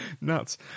nuts